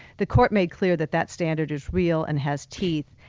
the court made clear that that standard is real and has teeth,